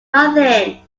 nothing